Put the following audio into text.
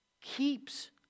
keeps